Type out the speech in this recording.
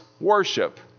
worship